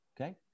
Okay